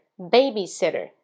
babysitter